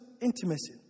intimacy